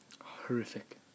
Horrific